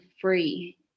free